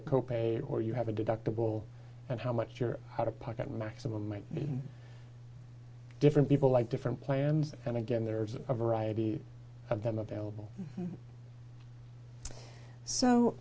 pay or you have a deductible and how much you're out of pocket maximum might mean different people like different plans and again there's a variety of them available